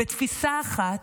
בתפיסה אחת,